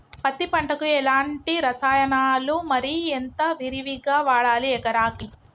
పత్తి పంటకు ఎలాంటి రసాయనాలు మరి ఎంత విరివిగా వాడాలి ఎకరాకి?